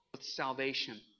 salvation